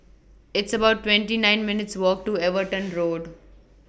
It's about twenty nine minutes' Walk to Everton Road